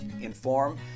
inform